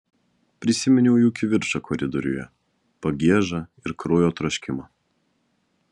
prisiminiau jų kivirčą koridoriuje pagiežą ir kraujo troškimą